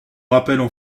rappellent